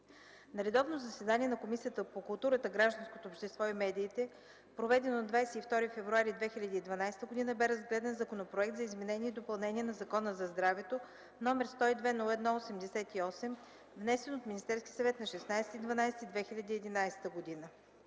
На редовно заседание на Комисията по културата, гражданското общество и медиите, проведено на 22 февруари 2012 г., бе разгледан Законопроект за изменение и допълнение на Закона за здравето, № 102-01-88, внесен от Министерския съвет на 16 декември 2011 г.